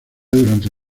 durante